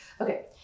Okay